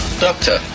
doctor